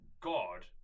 God